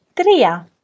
Tria